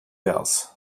else